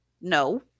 No